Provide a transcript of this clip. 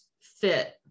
fit